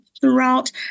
throughout